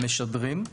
משדרים,